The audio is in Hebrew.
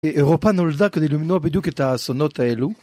אירופה נולדה כדי למנוע בדיוק את האסונות האלו